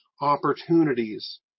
opportunities